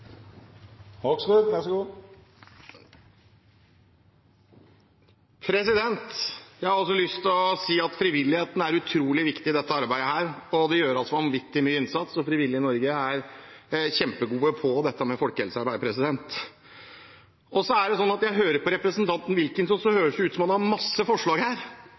Jeg har også lyst til å si at frivilligheten er utrolig viktig i dette arbeidet. Det gjøres en vanvittig stor innsats, og de frivillige i Norge er kjempegode på dette med folkehelsearbeid. Når jeg hører på representanten Wilkinson, høres det ut som om han har en masse forslag, men det er altså ett konkret forslag som står her,